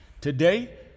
Today